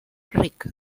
ric